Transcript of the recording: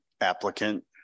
applicant